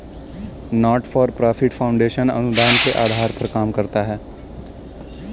not for profit foundation अनुदान के आधार पर काम करता है